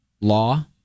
law